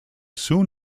soon